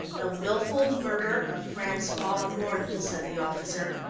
the wilful murder of francois mordon, said the officer.